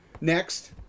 Next